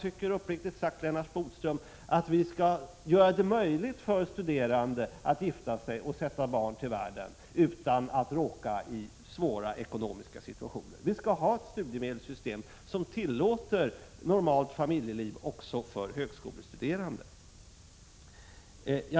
Det måste vara möjligt för studerande att gifta sig och sätta barn till världen utan att råka i en svår ekonomisk situation. Studiemedelssystemet skall tillåta ett normalt familjeliv också för högskolestuderande.